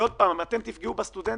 אם תפגעו בסטודנטים,